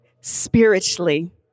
spiritually